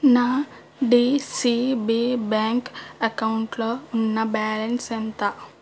నా DCB bank అకౌంటులో ఉన్న బ్యాలన్స్ ఎంత